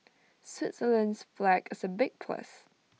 Switzerland's flag is A big plus